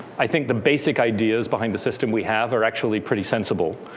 i think the basic ideas behind the system we have are actually pretty sensible.